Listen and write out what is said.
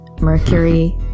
mercury